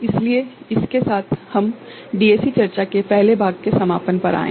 इसलिए इसके साथ हम डीएसी चर्चा के पहले भाग के समापन पर आए है